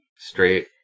straight